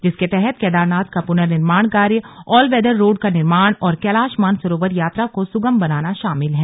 जिसके तहत केदारनाथ का पुनर्निर्माण कार्य ऑल वैदर रोड का निर्माण और कैलाश मानसरोवर यात्रा को सुगम बनाना शामिल हैं